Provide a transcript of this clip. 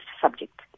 subject